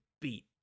beat